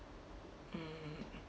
mm